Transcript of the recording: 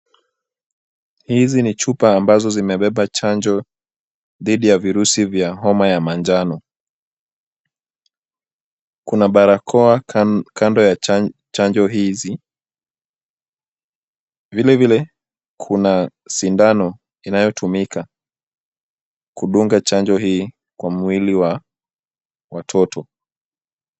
Hizi ni chupa ambazo zimebeba chanjo dhidi ya virusi vya homa ya manjano. Kuna barakoa kando ya chanjo hizi. Vilevile, kuna sindano inayotumika kudunga chanjo hii kwa mwili wa watoto.